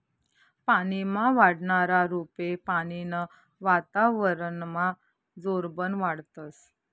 पानीमा वाढनारा रोपे पानीनं वातावरनमा जोरबन वाढतस